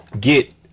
get